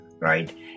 Right